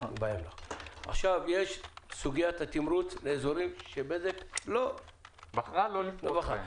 יש את סוגיית התמרוץ באזורים שבזק בחרה לא לבחור בהם.